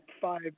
five